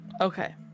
Okay